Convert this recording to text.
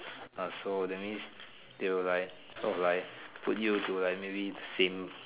ah so that means they will like sought of like put you to like maybe same